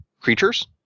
creatures